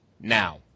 Now